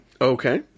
Okay